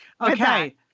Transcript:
Okay